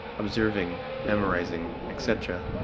observing, memorizing, etc.